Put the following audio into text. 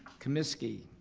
komisky.